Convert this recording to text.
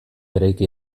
eraiki